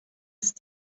ist